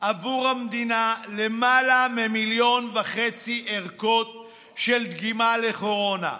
עבור המדינה למעלה ממיליון וחצי ערכות של דגימה לקורונה.